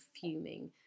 fuming